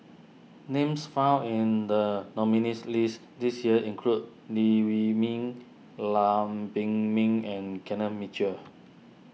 names found in the nominees' list this year include Li Wee Mee Lam Pin Min and Kenneth Mitchell